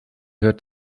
hört